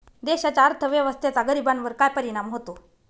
देशाच्या अर्थव्यवस्थेचा गरीबांवर काय परिणाम होतो